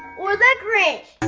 or the grinch?